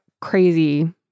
crazy